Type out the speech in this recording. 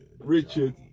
Richard